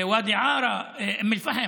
ואדי עארה, אום אל-פחם,